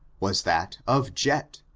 was that of jet,